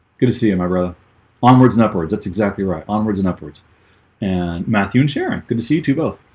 good to see you my brother onwards and upwards that's exactly right onwards and upwards and matthew and sharon good to see you too both